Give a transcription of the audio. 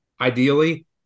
ideally